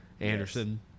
Anderson